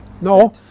No